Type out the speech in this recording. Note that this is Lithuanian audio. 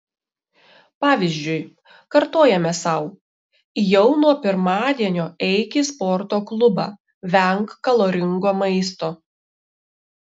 pavyzdžiui kartojame sau jau nuo pirmadienio eik į sporto klubą venk kaloringo maisto